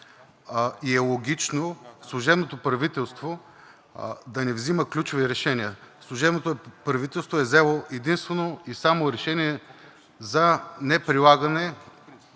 и е логично служебното правителство да не взима ключови решения. Служебното правителство е взело единствено и само решение за неприлагане